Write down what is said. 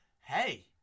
hey